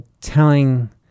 telling